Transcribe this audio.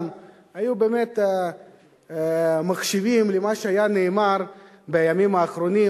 היו באמת מקשיבים למה שנאמר בימים האחרונים.